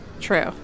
True